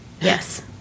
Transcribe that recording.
Yes